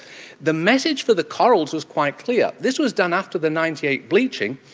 the message for the corals was quite clear. this was done after the ninety eight bleaching.